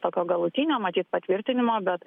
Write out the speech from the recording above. tokio galutinio matyt patvirtinimo bet